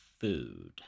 food